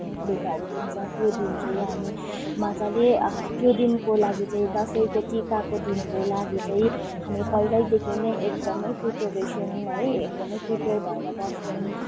लुगाहरू किन्छ त्यो दिन चाहिँ हामी मजाले त्यो दिनको लागि चाहिँ दसैँको टिकाको दिनको लागि चाहिँ हामी पहिलैदेखि नै एकदमै प्रिपेरेसन है एकदम प्रिपेयर भएर बस्छुौँ